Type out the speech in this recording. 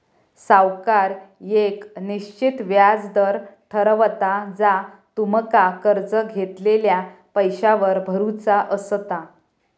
सावकार येक निश्चित व्याज दर ठरवता जा तुमका कर्ज घेतलेल्या पैशावर भरुचा असता